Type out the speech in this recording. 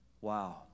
Wow